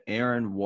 Aaron